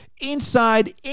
inside